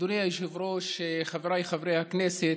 אדוני היושב-ראש, חבריי חברי הכנסת,